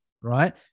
Right